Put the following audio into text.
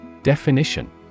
Definition